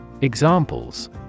Examples